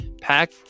Pack